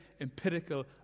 empirical